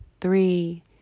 three